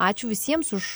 ačiū visiems už